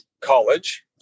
college